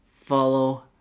follow